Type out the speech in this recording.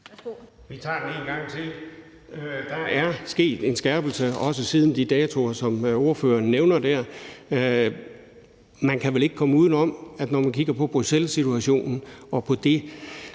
Vi tager den en gang til. Der er sket en skærpelse, også siden de datoer, som ordføreren nævner der. Man kan vel ikke komme uden om, at når man kigger på Bruxellessituationen og på det